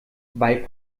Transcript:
weil